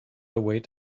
wait